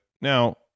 Now